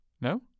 No